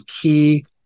key